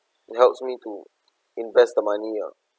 it helps me to invest the money ah